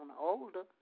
older